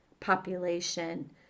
population